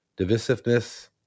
divisiveness